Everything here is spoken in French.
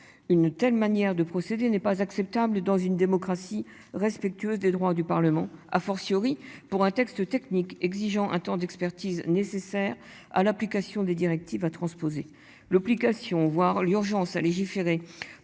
une telle manière de procéder n'est pas acceptable dans une démocratie respectueuse des droits du Parlement, a fortiori pour un texte technique exigeant un temps d'expertise nécessaires à l'application des directives à transposer l'obligation voire l'urgence à légiférer